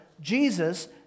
Jesus